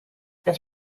its